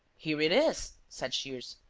here it is, said shears.